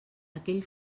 aquell